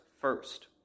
first